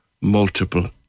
multiple